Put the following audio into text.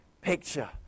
picture